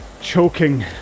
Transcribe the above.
choking